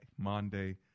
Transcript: Monday